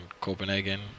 Copenhagen